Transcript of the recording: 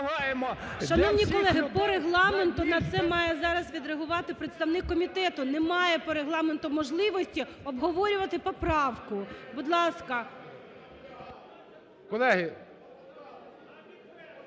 Шановні колеги, по Регламенту на це має зараз відреагувати представник комітету. Немає по Регламенту можливості обговорювати поправку. Будь ласка.